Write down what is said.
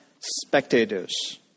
Spectators